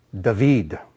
David